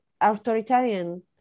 authoritarian